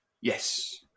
Yes